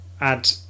add